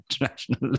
international